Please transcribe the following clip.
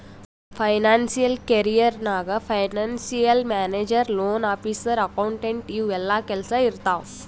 financial career ನಾಗ್ financial manager, loan officer, accountant ಇವು ಎಲ್ಲಾ ಕೆಲ್ಸಾ ಇರ್ತಾವ್